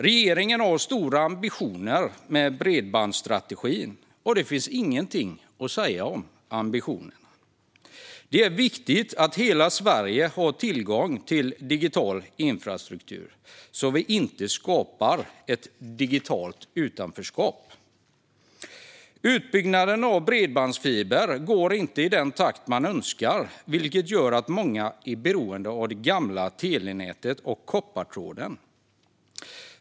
Regeringen har stora ambitioner med bredbandsstrategin, och det finns inget att säga om ambitionerna. Det är viktigt att hela Sverige har tillgång till digital infrastruktur så att vi inte skapar ett digitalt utanförskap. Utbyggnaden av bredbandsfiber går inte i den takt man önskar, vilket gör att många är beroende av det gamla telenätet och koppartråden.